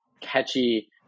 catchy